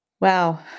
Wow